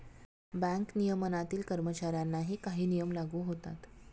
bank नियमनातील कर्मचाऱ्यांनाही काही नियम लागू होतात